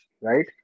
Right